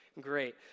great